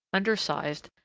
undersized,